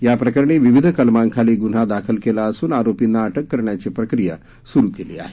या प्रकरणी विविध कलमांखाली गुन्हा दाखल केला असून आरोपींना अटक करण्याची प्रक्रिया सुरु केली आहे